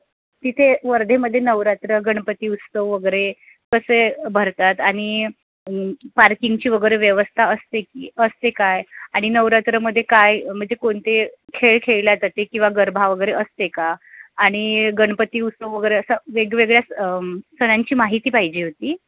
तिथे वर्धेमहॅलो नवरात्र गणपती उत्सव वगैरे कसे भरतात आणि पार्किंगची वगैरे व्यवस्था असते की असते काय आणि नवरात्रमहॅलो काय म्हणजे कोणते खेळ खेळले जाते किंवा गरबा वगैरे असते का आणि गणपती उत्सव वगैरे असं वेगवेगळ्या स सणांची माहिती पाहिजे होती